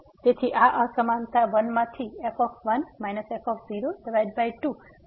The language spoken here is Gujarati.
તેથી આ અસમાનતા 1 માંથી f1 f2fc